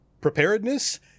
preparedness